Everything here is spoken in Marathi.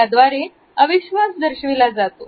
याद्वारे अविश्वास दर्शविला जातो